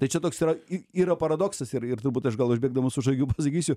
tai čia toks yra y yra paradoksas ir ir turbūt aš gal užbėgdamas už akių pasakysiu